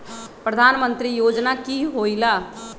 प्रधान मंत्री योजना कि होईला?